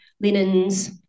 Linens